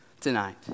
tonight